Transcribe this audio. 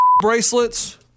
bracelets